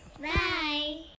Bye